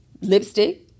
Lipstick